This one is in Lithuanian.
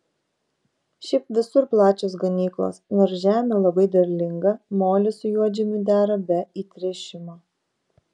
šiaip visur plačios ganyklos nors žemė labai derlinga molis su juodžemiu dera be įtręšimo